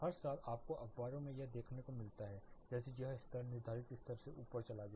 हर साल आपको अखबारों में यह देखने को मिलता है जैसे यह स्तर निर्धारित स्तर से ऊपर चला गया